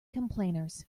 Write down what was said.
complainers